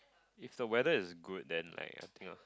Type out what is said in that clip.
if the weather is good then like anything lah